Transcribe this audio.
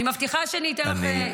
אני מבטיחה שאני אתן לך.